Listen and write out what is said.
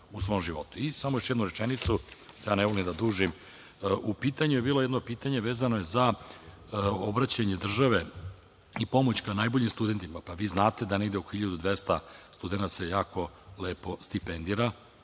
još jednu rečenicu. Ne volim da dužim. U pitanju je bilo jedno pitanje, vezano je za obraćanje države i pomoć najboljim studentima. Znate da negde oko 1.200 studenata se jako lepo stipendira,